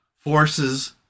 forces